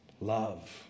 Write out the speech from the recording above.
Love